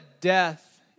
death